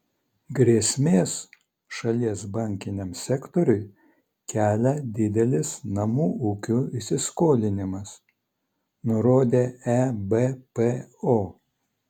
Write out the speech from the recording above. grėsmės šalies bankiniam sektoriui kelia didelis namų ūkių įsiskolinimas nurodė ebpo